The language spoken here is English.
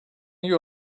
you